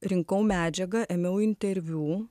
rinkau medžiagą ėmiau interviu